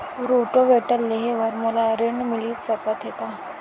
Rotavator लेहे बर मोला ऋण मिलिस सकत हे का?